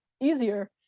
easier